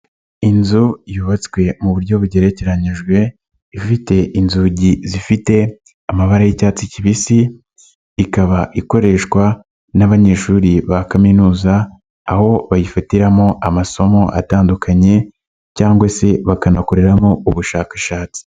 Inzu yubatswe mu buryo bugerekeranyijwe ifite inzugi zifite amabara y'icyatsi kibisi, ikaba ikoreshwa n'abanyeshuri ba kaminuza aho bayifatiramo amasomo atandukanye cyangwa se bakanakoreramo ubushakashatsi.